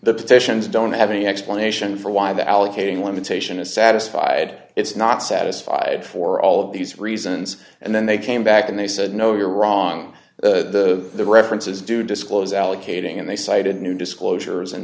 the petitions don't have an explanation for why the allocating limitation is satisfied it's not satisfied for all of these reasons and then they came back and they said no you're wrong the references do disclose allocating and they cited new disclosures and